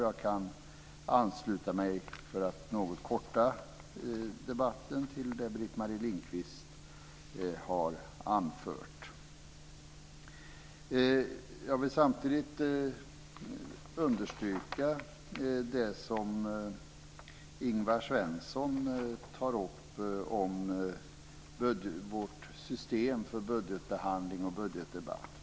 Jag kan, för att något korta debatten, ansluta mig till det som Britt-Marie Lindkvist har anfört. Samtidigt vill jag understryka det som Ingvar Svensson tar upp om vårt system för budgetbehandling och budgetdebatt.